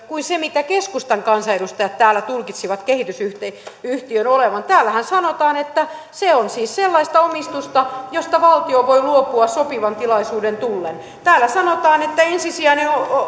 kuin se mitä keskustan kansanedustajat täällä tulkitsivat kehitysyhtiön olevan täällä tekstissähän sanotaan että se on siis sellaista omistusta josta valtio voi luopua sopivan tilaisuuden tullen täällä sanotaan että ensisijainen